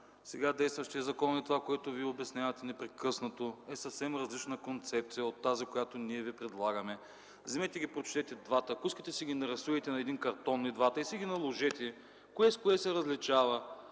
сега действащият закон и това, което Вие обяснявате непрекъснато, е съвсем различна концепция от тази, която ние Ви предлагаме. Вземете ги прочетете двата. Ако искате си ги нарисувайте на един картон и двата и си ги наложете – кое с кое са различава,